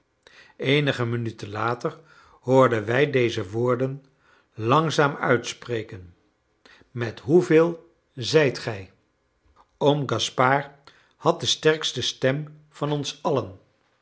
eenige minuten later hoorden wij deze woorden langzaam uitspreken met hoeveel zijt gij oom gaspard had de sterkste stem van ons allen